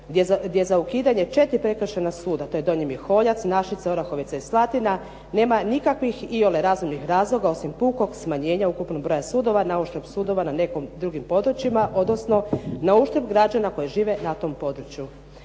gdje za ukidanje 4 prekršajna suda, to je Donji Miholjac, Našice, Orahovica i Slatina nema nikakvih iole razumnih razloga osim pukog smanjenja ukupnog broja sudova na uštrb sudova na nekim drugim područjima, odnosno na uštrb građana koji žive na tom području.